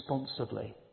responsibly